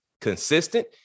consistent